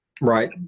Right